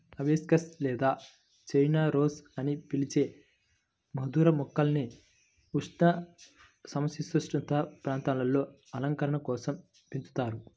hibiscus లేదా China rose అని పిలిచే మందార మొక్కల్ని ఉష్ణ, సమసీతోష్ణ ప్రాంతాలలో అలంకరణ కోసం పెంచుతారు